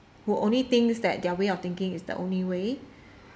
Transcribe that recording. who only thinks that their way of thinking is the only way